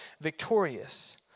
victorious